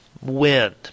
wind